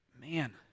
man